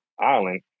island